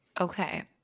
Okay